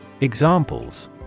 Examples